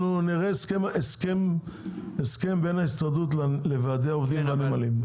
אנחנו נראה הסכם בין ההסתדרות לוועדי העובדים והנמלים.